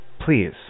please